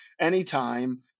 anytime